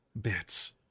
bits